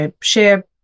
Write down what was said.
share